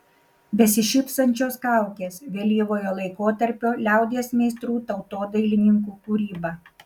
besišypsančios kaukės vėlyvojo laikotarpio liaudies meistrų tautodailininkų kūryba